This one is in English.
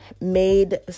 made